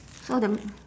so that m~